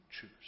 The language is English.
choose